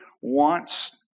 wants